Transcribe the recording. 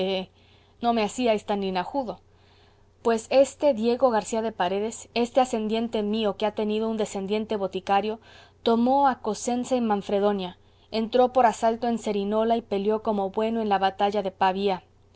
no me hacíais tan linajudo pues este diego garcía de paredes este ascendiente mío que ha tenido un descendiente boticario tomó a cosenza y manfredonia entró por asalto en cerinola y peleó como bueno